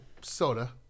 soda